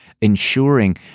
ensuring